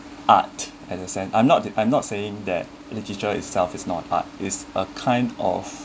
art understand I'm not I'm not saying that literature itself is not art is a kind of